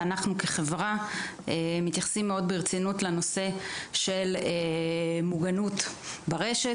חברת גוגל מתייחסת ברצינות למוגנות ברשת